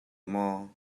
maw